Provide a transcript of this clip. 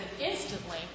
instantly